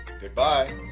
Goodbye